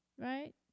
Right